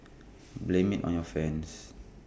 blame IT on your friends